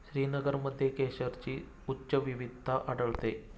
श्रीनगरमध्ये केशरची उच्च विविधता आढळते